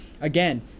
Again